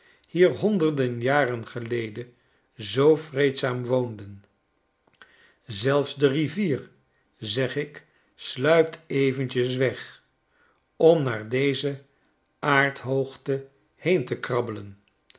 hier honderden jaren geleden zoo vreedzaam woonden zelfs de rivier zegik sluipt eventjes weg om naar deze aardhoogte heen te kabbelen